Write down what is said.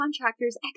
contractors